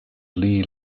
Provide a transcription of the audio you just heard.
lee